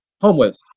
homeless